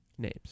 Names